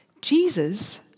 Jesus